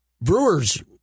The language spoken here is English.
Brewers